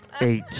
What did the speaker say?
Eight